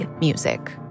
music